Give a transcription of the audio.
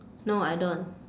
no I don't